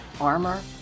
armor